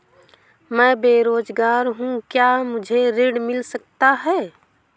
मैं बेरोजगार हूँ क्या मुझे ऋण मिल सकता है?